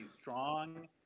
strong